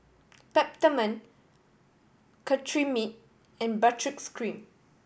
Peptamen Cetrimide and cream